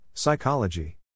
Psychology